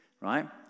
Right